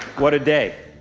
what a day,